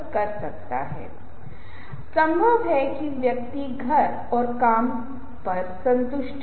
तो इस तरह की बात इसलिए भी होती है कि बहुत जटिल है इसमें बहुत सारे जटिल मुद्दे शामिल हैं